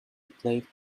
played